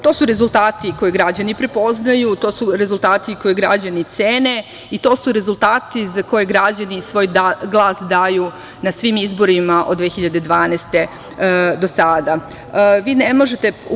To su rezultati koje građani prepoznaju, to su rezultati koje građani cene i to su rezultati za koje građani svoj glas daju na svim izborima od 2012. godine, do sada.